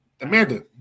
Amanda